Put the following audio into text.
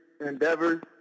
endeavors